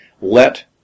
Let